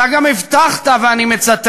אתה גם הבטחת, ואני מצטט: